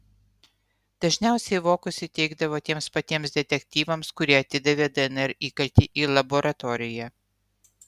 dažniausiai vokus įteikdavo tiems patiems detektyvams kurie atidavė dnr įkaltį į laboratoriją